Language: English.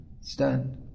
stand